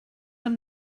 amb